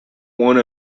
one